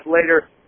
later